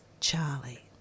Charlie